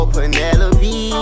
Penelope